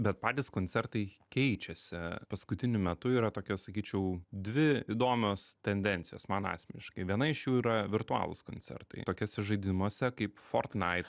bet patys koncertai keičiasi paskutiniu metu yra tokia sakyčiau dvi įdomios tendencijos man asmeniškai viena iš jų yra virtualūs koncertai tokiuose žaidimuose kaip fortnai